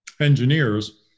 engineers